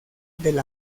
del